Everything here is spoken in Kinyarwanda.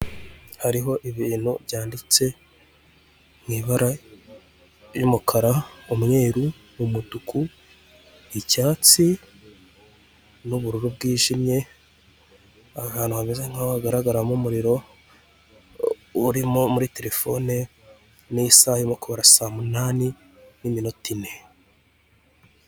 Hariho ibintu byanditse mu ibara ry'umukara, umweru, umutuku, icyatsi n'ubururu bwijimwe, ahantu hameze nkaho hagaragaramo umuriro urimo muri, terefone n'isaha irimo kubara saa munani n'iminota ine.